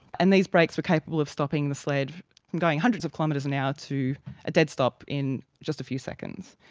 and these brakes were capable of stopping the sled from going hundreds of kilometres an hour to a dead stop in just a few seconds.